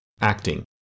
acting